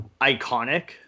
iconic